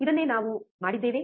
ಇದನ್ನೇ ನಾವು ಮಾಡಿದ್ದೇವೆ